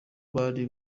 bari